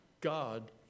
God